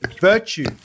virtue